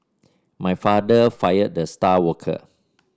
my father fired the star worker